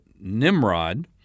Nimrod